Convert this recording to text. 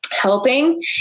helping